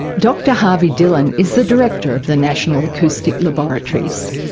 dr harvey dillon is the director of the national acoustic laboratories.